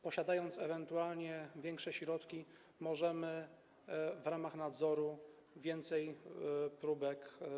Posiadając ewentualnie większe środki, możemy w ramach nadzoru przebadać więcej próbek.